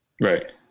right